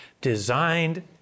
designed